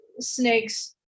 snakes